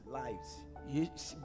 lives